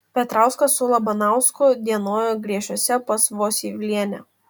petrauskas su labanausku dienojo griešiuose pas vosylienę